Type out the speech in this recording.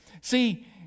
See